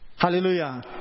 Hallelujah